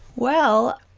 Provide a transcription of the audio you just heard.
well,